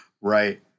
Right